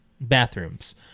bathrooms